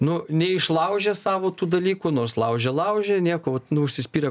nu neišlaužė savo tų dalykų nors laužė laužė nieko vat nu užsispyrę